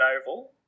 oval